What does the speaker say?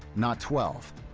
not twelve.